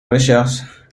recherche